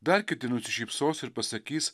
dar kiti nusišypsos ir pasakys